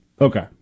Okay